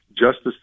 justice